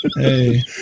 Hey